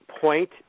point